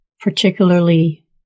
particularly